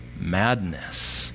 madness